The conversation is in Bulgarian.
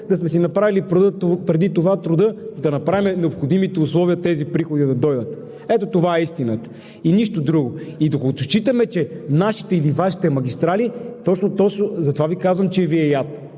да сме си направили преди това труда да направим необходимите условия тези приходи да дойдат. Ето това е истината и нищо друго! И докато считате, че са нашите или Вашите магистрали – точно затова Ви казвам, че Ви е яд,